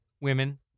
women